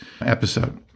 episode